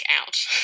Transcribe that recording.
out